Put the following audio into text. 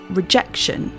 rejection